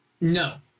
No